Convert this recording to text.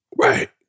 Right